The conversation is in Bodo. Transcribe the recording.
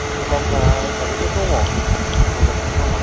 मुलाम्फा हिसाबैथ' दङ मोजाङानो दङ